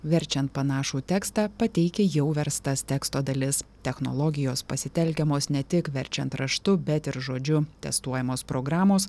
verčiant panašų tekstą pateikia jau verstas teksto dalis technologijos pasitelkiamos ne tik verčiant raštu bet ir žodžiu testuojamos programos